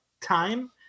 time